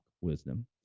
wisdom